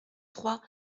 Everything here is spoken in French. trois